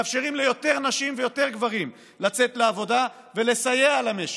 מאפשרים ליותר נשים ויותר גברים לצאת לעבודה ולסייע למשק,